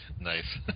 nice